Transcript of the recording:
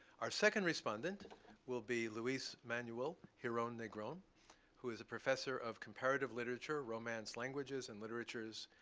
our second respondent will be luis manuel giron-negron, who is a professor of comparative literature, romance languages, and literatures.